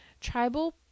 Tribal